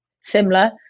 similar